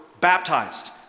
baptized